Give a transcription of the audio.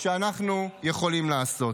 שאנחנו יכולים לעשות.